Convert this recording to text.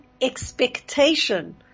expectation